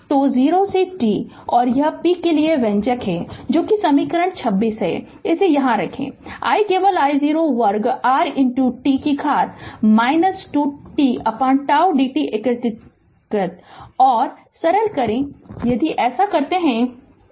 तो 0 से t और यह p के लिए व्यंजक है जो कि समीकरण 26 है इसे यहाँ रखें I केवल I0 वर्ग R e घात के लिए 2 t τ dt एकीकृत और सरल करें यदि ऐसा करें तो